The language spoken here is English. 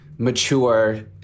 Mature